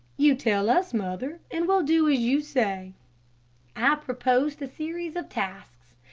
you tell us mother, and we'll do as you say i proposed a series of tasks.